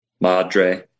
madre